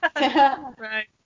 Right